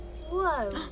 Whoa